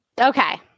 Okay